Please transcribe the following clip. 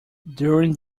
during